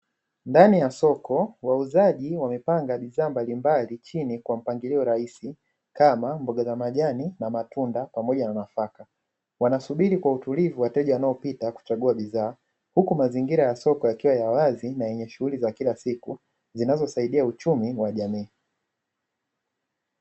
Ndani ya soko wauzaji wamepanga bidhaa mbalimbali chini kwa mpangilio raisi kama mboga za majani na matunda, pamoja na nafaka wanasubiri kwa utulivu wateja, wanaopita kuchagua bidhaa huku mazingira ya soko, yakiwa ya wazi na yenye shughuli za kila siku zinazosaidia uchumi wa jamii.